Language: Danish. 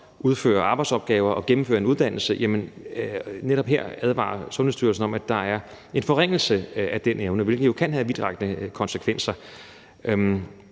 udføre arbejdsopgaver og gennemføre en uddannelse, som ordføreren er inde på, advarer Sundhedsstyrelsen om, at der er en forringelse af den, hvilket jo kan have vidtrækkende konsekvenser.